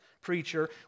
preacher